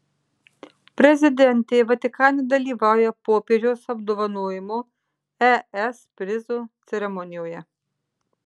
prezidentė vatikane dalyvauja popiežiaus apdovanojimo es prizu ceremonijoje